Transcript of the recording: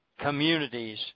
Communities